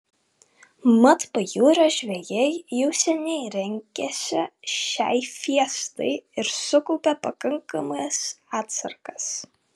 mat pajūrio žvejai jau seniai rengėsi šiai fiestai ir sukaupė pakankamas atsargas